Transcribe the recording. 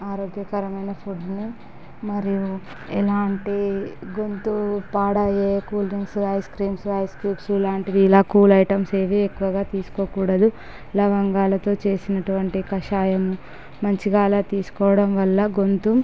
ఆరోగ్యకరమైన ఫుడ్ని మరియు ఎలాంటి గొంతు పాడయ్యే కూల్డ్రింక్స్ ఐస్క్రీమ్స్ ఐస్టూబ్స్ లాంటివి ఇలా కూల్ ఐటమ్స్ ఏవి ఎక్కువగా తీసుకోకూడదు లవంగాలతో చేసినటువంటి కాషాయం మంచిగా అలా తీసుకోవడంవల్ల గొంతు